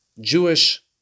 Jewish